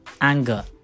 anger